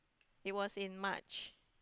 it was in March